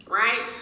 right